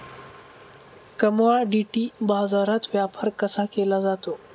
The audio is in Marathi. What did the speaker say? कमॉडिटी बाजारात व्यापार कसा केला जातो?